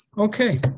Okay